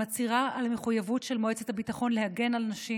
המצהירה על מחויבות של מועצת הביטחון להגן על נשים